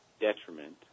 detriment